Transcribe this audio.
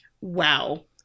wow